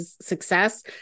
success